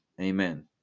amen